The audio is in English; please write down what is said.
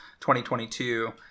2022